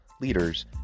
leaders